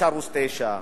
יש ערוץ 9,